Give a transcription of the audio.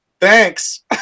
Thanks